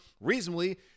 reasonably